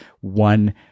one